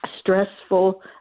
stressful